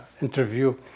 interview